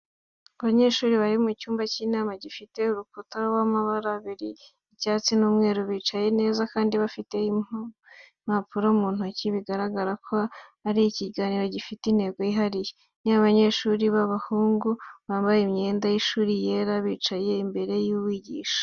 Abanyeshuri bari mu cyumba cy’inama, gifite urukuta w’amabara abiri icyatsi n’umweru bicaye neza kandi bafite impapuro mu ntoki, bigaragara ko ari ikiganiro gifite intego yihariye. Ni abanyeshuri b’abahungu bambaye imyenda y’ishuri yera, bicaye imbere y’umwigisha